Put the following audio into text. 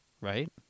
right